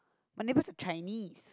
my neighbour is Chinese